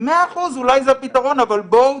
מאה אחוז, אולי זה הפתרון, אבל בואו